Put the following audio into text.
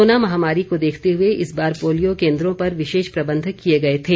corona महामारी को देखते हुए इस बार पोलियो केन्द्रों पर विशेष प्रबंध किए गए थे